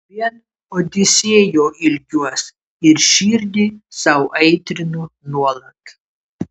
vien odisėjo ilgiuos ir širdį sau aitrinu nuolat